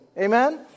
Amen